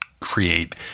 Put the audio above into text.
create